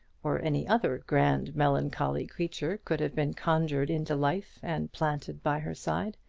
or any other grand melancholy creature, could have been conjured into life and planted by her side.